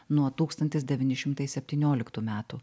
nuo tūkstantis devyni šimtai septynioliktų metų